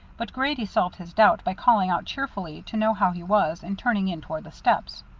but grady solved his doubt by calling out cheerfully to know how he was and turning in toward the steps.